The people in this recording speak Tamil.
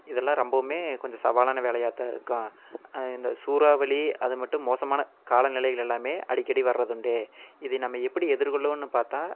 இதெல்லாம் ரொம்பவுமே கொஞ்சம் சவாலான வேலையாகத்தான் இருக்கும் இந்த சூறாவளி அதைமாட்டு மோசமான காலநிலைகளெல்லாமே அடிக்கடி வரதுண்டு இதை நம்ம எப்படி எதிர் கொள்ளணுன்னு பார்த்தா